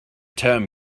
term